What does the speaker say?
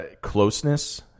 closeness